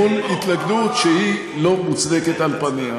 אל מול התלכדות שהיא לא מוצדקת, על פניה.